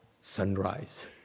sunrise